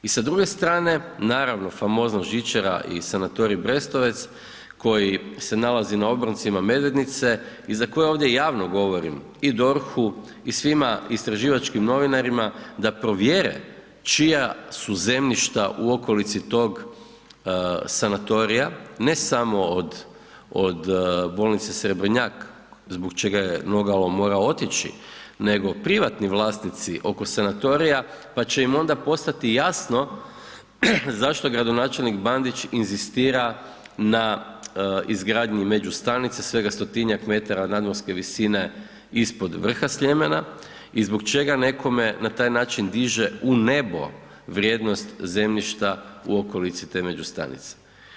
I sa druge strane, naravno famozna žičara i Sanatorij Brestovec, koji se nalaze na obroncima Medvednice i za koje ovdje javno govorim i DORH-u i svima istraživačkim novinarima da provjere čija su zemljišta u okolici tog sanatorija, ne samo od bolnice Srebnjak, zbog čega je Nogalo morao otići nego privatni vlasnici oko sanatorija pa će im onda postati jasno zašto gradonačelnik Bandić inzistira na izgradnji međustanice, svega 100-njak metara nadmorske visine ispod vrha Sljemena i zbog čega nekome na taj način diže u nebo vrijednost zemljišta u okolici te međustanice.